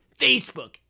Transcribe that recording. Facebook